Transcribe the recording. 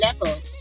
level